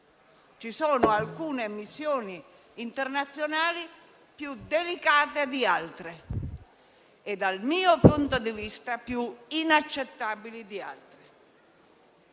Ci sono alcune missioni internazionali più delicate di altre e, dal mio punto di vista, più inaccettabili di altre.